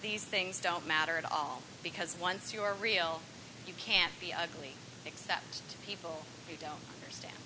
these things don't matter at all because once you are real you can't be ugly except to people who don't understand